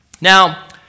Now